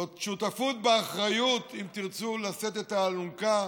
זאת שותפות באחריות, אם תרצו, לשאת את האלונקה.